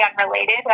unrelated